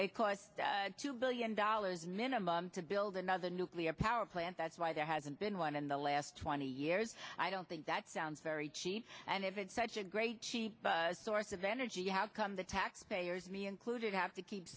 it cost two billion dollars minimum to build another nuclear power plant that's why there hasn't been one in the last twenty years i don't think that sounds very cheap and if it's such a great source of energy how come the taxpayers me included have to keep